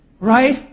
Right